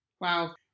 Wow